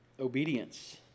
obedience